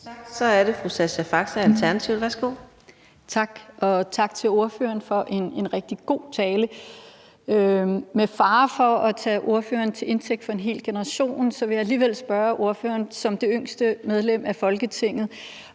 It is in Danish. Så er det fru Sascha Faxe, Alternativet. Værsgo. Kl. 14:53 Sascha Faxe (ALT): Tak, og tak til ordføreren for en rigtig god tale. Med fare for at tage ordføreren til indtægt for en hel generation, vil jeg alligevel spørge ordføreren som det yngste medlem af Folketinget